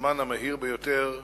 בזמן המהיר ביותר שניתן,